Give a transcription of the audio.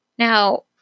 Now